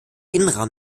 innenrahmen